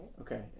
Okay